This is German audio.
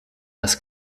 dass